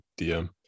dm